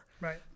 Right